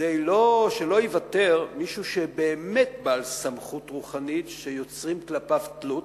כדי שלא ייוותר מישהו שהוא באמת בעל סמכות רוחנית שיוצרים כלפיו תלות,